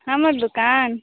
हमर दोकान